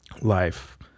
life